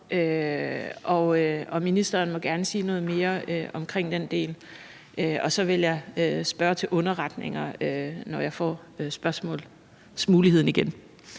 Ministeren må gerne sige noget mere omkring den del. Så vil jeg spørge til underretninger, når jeg får muligheden for